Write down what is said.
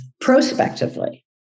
prospectively